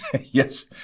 Yes